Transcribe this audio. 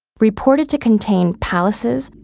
reported to contain palaces,